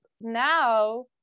now